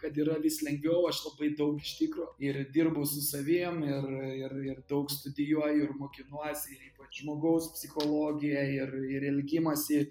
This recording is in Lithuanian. kad yra vis lengviau aš labai daug iš tikro ir dirbu su savim ir ir ir daug studijuoju ir mokinuosi ir ypač žmogaus psichologiją ir ir elgimąsi